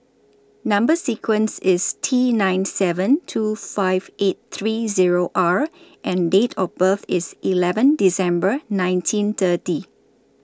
Number sequence IS T nine seven two five eight three Zero R and Date of birth IS eleven December nineteen thirty